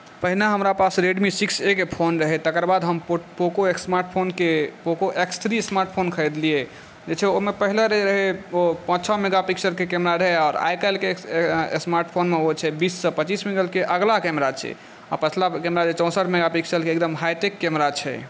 पहिने हमरा पास रेडमी सिक्स एके फोन रहै तकर बाद हम पोको स्मार्ट फोनकेँ Poco X three smart phone खरीदलियै जे छै ओहिमे पहिने रहै पाँच छओ मेगा पिक्सलके कैमरा रहै और आइ काल्हिके स्मार्ट फोनमे बीससँ पच्चीस मेगा पिक्सलके अगिला कैमरा छै आ पछिला कैमरा छै चौंसठि मेगा पिक्सलके एकदम हाइटेक कैमरा छै